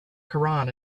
koran